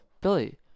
Billy